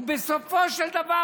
ובסופו של דבר,